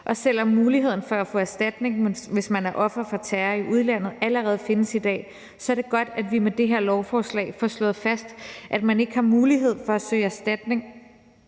Selv om muligheden for at få erstatning, hvis man er offer for terror i udlandet, allerede findes i dag, er det godt, at vi med det her lovforslag får slået fast, at man ikke bare har mulighed for at søge erstatning,